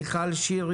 מיכל שיר,